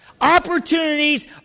Opportunities